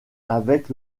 avec